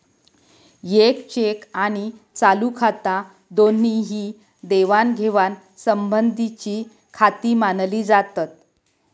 येक चेक आणि चालू खाता दोन्ही ही देवाणघेवाण संबंधीचीखाती मानली जातत